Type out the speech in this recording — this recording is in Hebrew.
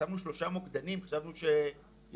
הצבנו שלושה מוקדנים וחשבנו שיענו,